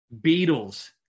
Beatles